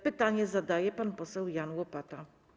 Pytanie zadaje pan poseł Jan Łopata.